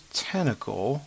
tentacle